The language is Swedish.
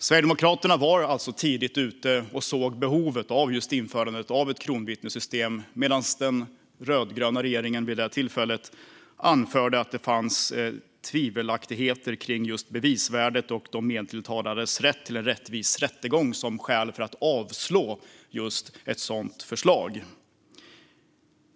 Sverigedemokraterna var alltså tidigt ute och såg behovet av just införande av ett kronvittnessystem, medan den rödgröna regeringen vid detta tillfälle anförde att det fanns tvivelaktigheter kring just bevisvärdet och de medtilltalades rätt till en rättvis rättegång som skäl för att avslå ett sådant förslag.